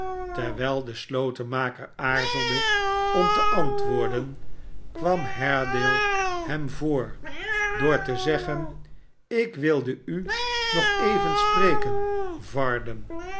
terwijl de slotenmaker aarzelde om te antwoorden kwam haredale hem voor door te zeggen slkwilde u nog even spreken varden